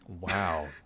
Wow